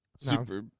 Super